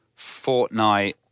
Fortnite